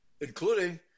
including